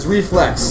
Reflex